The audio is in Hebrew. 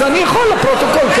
אז אני כן יכול לצרף לפרוטוקול.